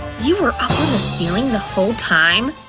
you were up on the ceiling the whole time?